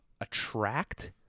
attract